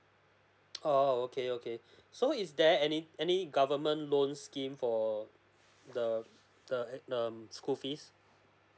oo okay okay so is there any any government loans scheme for the the the um school fees